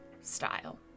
style